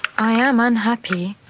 i am unhappy